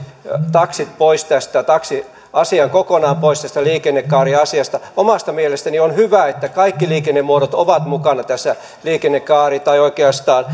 taksit taksiasian kokonaan pois tästä liikennekaariasiasta omasta mielestäni on hyvä että kaikki liikennemuodot ovat mukana tässä liikennekaaressa tai oikeastaan